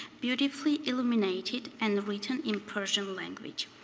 beautifully illuminated and written in persian language.